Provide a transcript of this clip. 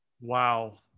Wow